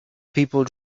people